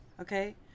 okay